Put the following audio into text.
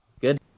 Good